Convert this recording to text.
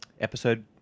episode